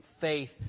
faith